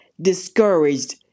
discouraged